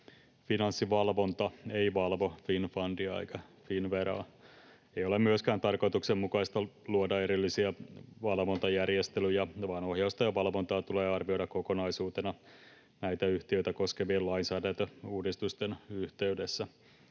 Finanssivalvonta ei valvo Finnfundia eikä Finnveraa. Ei ole myöskään tarkoituksenmukaista luoda erillisiä valvontajärjestelyjä, vaan ohjausta ja valvontaa tulee arvioida kokonaisuutena näitä yhtiöitä koskevien lainsäädäntöuudistusten yhteydessä.